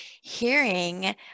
hearing